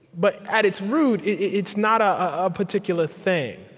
but at its root, it's not a ah particular thing.